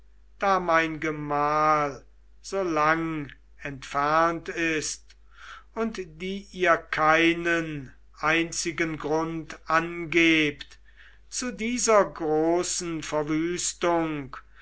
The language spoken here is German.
da mein gemahl so lang entfernt ist und die ihr keinen einzigen grund angebt zu dieser großen verwüstung